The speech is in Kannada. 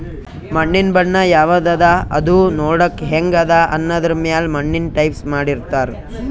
ಮಣ್ಣಿನ್ ಬಣ್ಣ ಯವದ್ ಅದಾ ಮತ್ತ್ ಅದೂ ನೋಡಕ್ಕ್ ಹೆಂಗ್ ಅದಾ ಅನ್ನದರ್ ಮ್ಯಾಲ್ ಮಣ್ಣಿನ್ ಟೈಪ್ಸ್ ಮಾಡಿರ್ತಾರ್